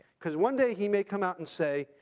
because one day he may come out and say,